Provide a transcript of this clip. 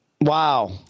Wow